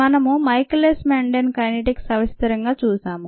మనము Michaelis Menten kinetics సవిస్తరంగా చూసాము